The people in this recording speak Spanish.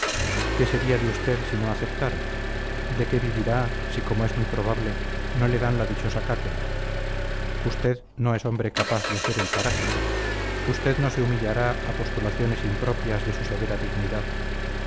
qué sería de usted si no aceptara de qué vivirá si como es muy probable no le dan la dichosa cátedra usted no es hombre capaz de hacer el parásito usted no se humillará a postulaciones impropias de su severa dignidad